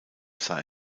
sah